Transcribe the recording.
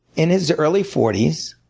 in his early forty s